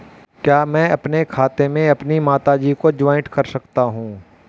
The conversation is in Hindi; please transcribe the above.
क्या मैं अपने खाते में अपनी माता जी को जॉइंट कर सकता हूँ?